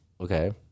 Okay